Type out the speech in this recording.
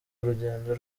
urugendo